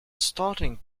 starting